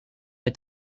est